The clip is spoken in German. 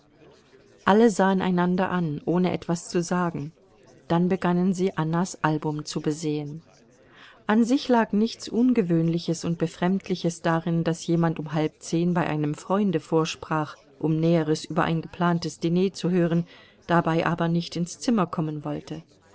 alle sahen einander an ohne etwas zu sagen dann begannen sie annas album zu besehen an sich lag nichts ungewöhnliches und befremdliches darin daß jemand um halb zehn bei einem freunde vorsprach um näheres über ein geplantes diner zu hören dabei aber nicht ins zimmer kommen wollte